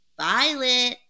Violet